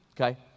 Okay